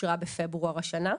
שאושרה בפברואר השנה.